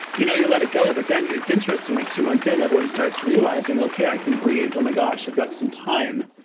you know you let it go, but then it's interesting, like two months in, everyone starts realizing, okay, i can breathe. oh, my gosh. i've got some time.